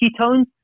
ketones